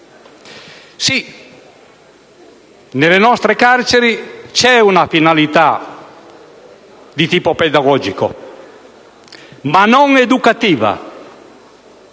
Si, nelle nostre carceri c'è una finalità di tipo pedagogico, ma non rieducativa: